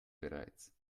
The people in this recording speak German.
bereits